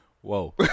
Whoa